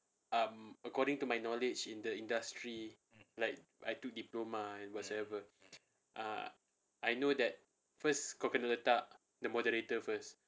um according to my knowledge in the industry like I took diploma and whatsoever uh I know that first kau kena letak the moderator first